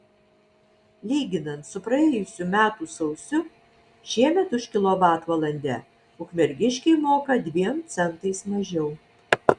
lyginant su praėjusių metų sausiu šiemet už kilovatvalandę ukmergiškiai moka dviem centais mažiau